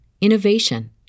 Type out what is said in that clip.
innovation